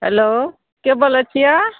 hello के बोलै छिए